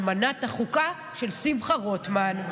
על מנת החוקה של שמחה רוטמן.